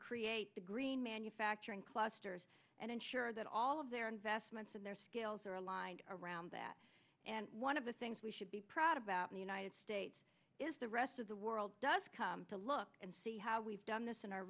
create the green manufacturing clusters and ensure that all of their investments and their skills are aligned around that and one of the things we should be proud about in the united states is the rest of the world does come to look and see how we've done this in our